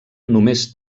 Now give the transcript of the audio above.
només